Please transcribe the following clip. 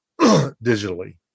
digitally